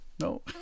No